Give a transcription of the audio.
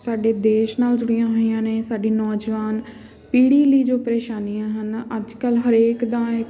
ਸਾਡੇ ਦੇਸ਼ ਨਾਲ ਜੁੜੀਆਂ ਹੋਈਆਂ ਨੇ ਸਾਡੀ ਨੌਜਵਾਨ ਪੀੜੀ ਲਈ ਜੋ ਪਰੇਸ਼ਾਨੀਆਂ ਹਨ ਅੱਜ ਕੱਲ੍ਹ ਹਰੇਕ ਦਾ